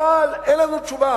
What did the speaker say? אבל אין לנו תשובה.